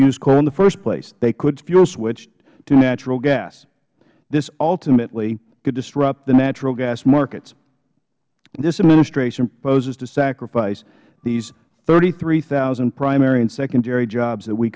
use coal in the first place they could fuel switch to natural gas this ultimately could disrupt the natural gas markets this administration proposes to sacrifice these thirty three thousand primary and secondary jobs that we